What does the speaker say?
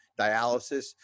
dialysis